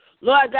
Lord